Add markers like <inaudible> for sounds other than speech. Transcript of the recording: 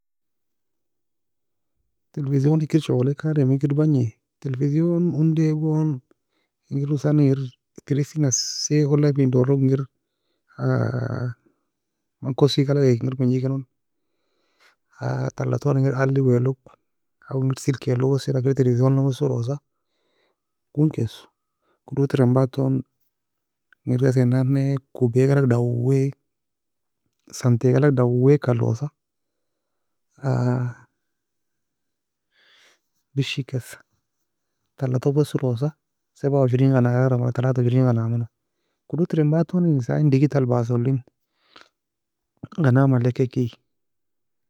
Televesion hikr shogolika adem hikr bagni? Television onday gon engir hosan engir terise nassaie ola fien dorog engir <hesitation> man kossy galag kir menjekenon, <hesitation> tala tone engir aliewelog ow ingir silkealog, wesela kir tevesionna weselosa, gonge kesu, kodod teren batone, engir ghasae nanne kobay galag dawy, santy galag dawyka alosa, <hesitation> dish ikkesa, tala tone weselosa sabawshrin ganagalgrameno, wala talawishrin ganaya meno, kodod terin bataton in digital bassoso elin gana maleka ekie.